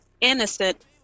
innocent